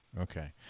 okay